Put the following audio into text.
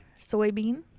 soybean